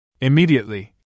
Immediately